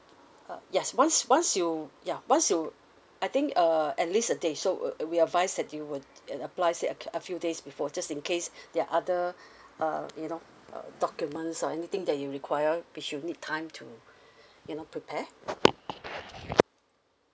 uh yes once once you ya once you I think uh at least a day so uh we advise that you would uh apply say a a few days before just in case there are other uh you know uh documents or anything that you require which you need time to you know prepare